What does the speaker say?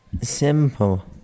Simple